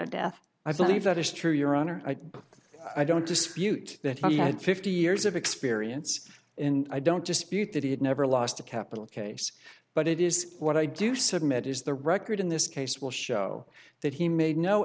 a death i believe that is true your honor i don't dispute that he had fifty years of experience in i don't dispute that he had never lost a capital case but it is what i do submit is the record in this case will show that he made no